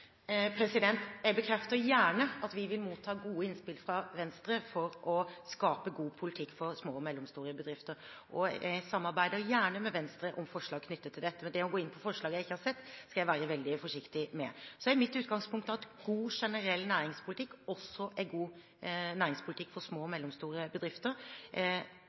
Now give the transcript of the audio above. Jeg bekrefter gjerne at vi vil motta gode innspill fra Venstre for å skape god politikk for små og mellomstore bedrifter. Jeg samarbeider gjerne med Venstre om forslag knyttet til dette, men det å gå inn på forslag jeg ikke har sett, skal jeg være veldig forsiktig med. Mitt utgangspunkt er at god generell næringspolitikk også er god næringspolitikk for små og mellomstore bedrifter.